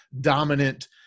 dominant